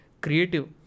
creative